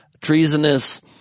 treasonous